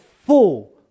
full